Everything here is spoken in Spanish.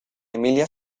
emilia